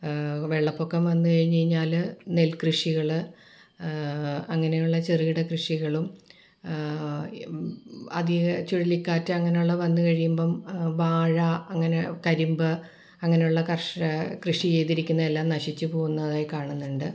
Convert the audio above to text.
വെള്ളപ്പൊക്കം വന്ന് കഴിഞ്ഞ് കഴിഞ്ഞാല് നെൽ കൃഷികള് അങ്ങനെയുള്ള ചെറുകിട കൃഷികളും അധിക ചുഴലിക്കാറ്റ് അങ്ങനെയുള്ളത് വന്ന് കഴിയുമ്പം വാഴ അങ്ങനെ കരിമ്പ് അങ്ങനുള്ള കർഷ കൃഷി ചെയ്തിരിക്കുന്നതെല്ലാം നശിച്ച് പോകുന്നതായി കാണുന്നുണ്ട്